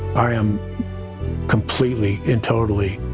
i am completely and totally